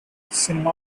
cinema